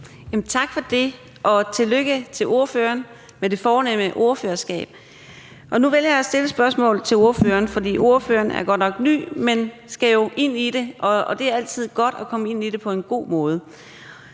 Tak for det, og tillykke til ordføreren med det fornemme ordførerskab. Og nu vælger jeg at stille et spørgsmål til ordføreren, for ordføreren er ny, men skal jo ind i det, og det er altid godt at komme ind i det på en god måde.